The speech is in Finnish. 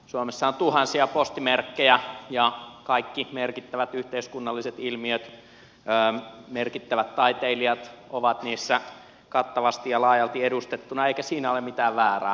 suomessa on tuhansia postimerkkejä ja kaikki merkittävät yhteiskunnalliset ilmiöt merkittävät taiteilijat ovat niissä kattavasti ja laajalti edustettuina eikä siinä ole mitään väärää